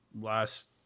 last